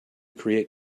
create